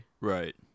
Right